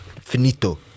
Finito